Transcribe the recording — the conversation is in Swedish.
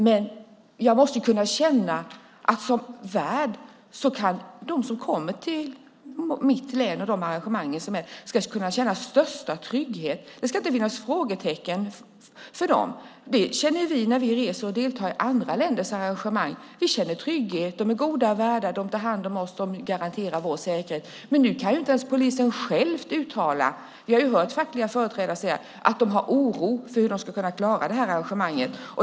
Men som värd måste vi se till att de som kommer till arrangemangen i vårt län kan känna största trygghet. Det ska inte finnas några frågetecken för dem. När vi reser och deltar i andra länders arrangemang känner vi trygghet. De är goda värdar, tar hand om oss och garanterar vår säkerhet. Nu kan inte ens polisen själv uttala detta. Vi har hört fackliga företrädare säga att de känner oro över hur de ska kunna klara det här arrangemanget.